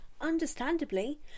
understandably